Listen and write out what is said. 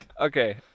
Okay